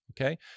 okay